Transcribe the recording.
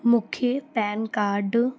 मूंखे PAN card